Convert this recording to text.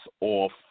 off